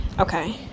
Okay